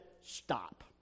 Stop